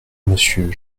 monsieur